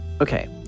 Okay